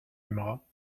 aimeras